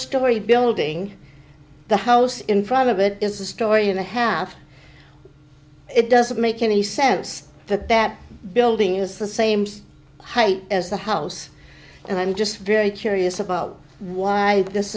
story building the house in private is a story and a half it doesn't make any sense that that building is the same height as the house and i'm just very curious about why this